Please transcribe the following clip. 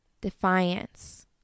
defiance